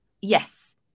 Yes